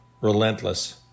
relentless